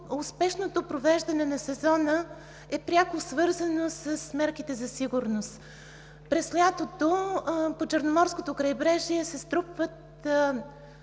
успешното провеждане на сезона е пряко свързано с мерките за сигурност. През лятото по Черноморското крайбрежие се струпват